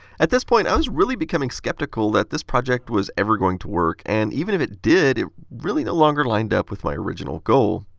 at this point i was really becoming skeptical that this project was ever going to work. and even if it did, it really no longer lined up with my original goal.